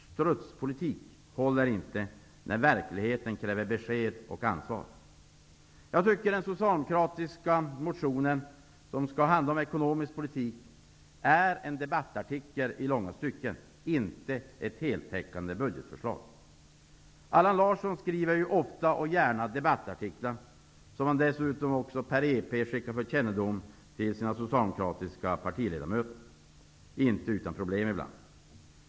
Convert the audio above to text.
Strutspolitik håller inte, när verkligheten kräver besked och ansvar. Jag tycker att den socialdemokratiska motionen, som skulle handla om ekonomisk politik, i långa stycken är den debattartikel, inte ett heltäckande budgetförslag. Allan Larsson skriver ofta och gärna debattartiklar, som han dessutom per EP skickar för kännedom till sina partivänner, inte utan problem ibland.